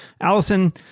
Allison